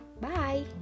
bye